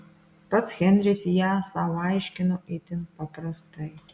pats henris ją sau aiškino itin paprastai